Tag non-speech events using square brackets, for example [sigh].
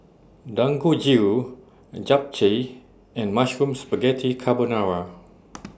Dangojiru Japchae and Mushroom Spaghetti Carbonara [noise]